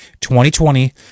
2020